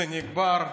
זה נגמר טוב,